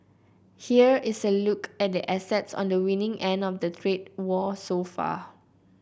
here's a look at the assets on the winning end of the trade war so far